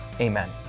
Amen